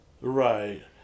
Right